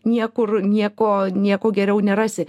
niekur nieko nieko geriau nerasi